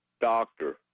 doctor